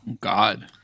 God